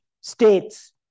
States